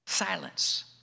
Silence